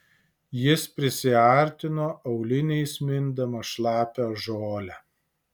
jis prisiartino auliniais mindamas šlapią žolę